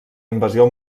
invasió